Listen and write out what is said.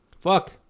Fuck